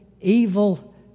evil